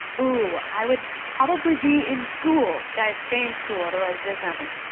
ooh, i would probably be in school. guys, stay in school, otherwise this happens.